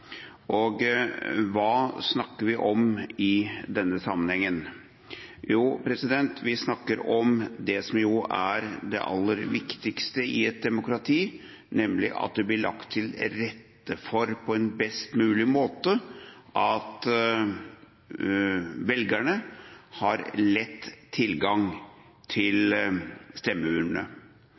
opprettholdes. Hva snakker vi om i denne sammenhengen? Vi snakker om det som er det aller viktigste i et demokrati, nemlig at det blir lagt til rette for på en best mulig måte at velgerne har lett tilgang til stemmeurnene.